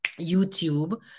YouTube